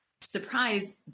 surprise